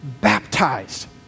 baptized